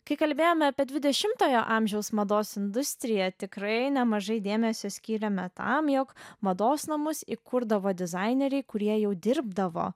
kai kalbėjome apie dvidešimtojo amžiaus mados industriją tikrai nemažai dėmesio skyrėme tam jog mados namus įkurdavo dizaineriai kurie jau dirbdavo